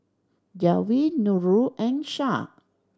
Dewi Nurul and Shah